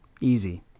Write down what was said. Easy